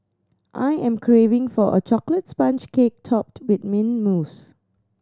I am craving for a chocolate sponge cake topped with mint mousse